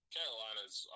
Carolina's